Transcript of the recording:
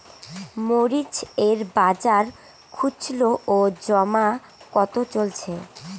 মরিচ এর বাজার খুচরো ও জমা কত চলছে?